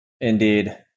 Indeed